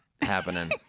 happening